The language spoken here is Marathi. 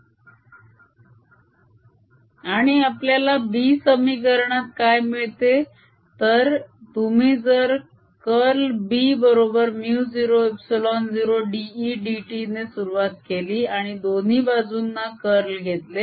2Exx2002Ext2 2Eyx2002Eyt2 2Ezx2002Ezt2c100 आणि आपल्याला b समीकरणात काय मिळते तर - तुम्ही जर कर्ल B बरोबर μ0ε0 dEdt ने सुरुवात केली आणि दोन्ही बाजूंना कर्ल घेतले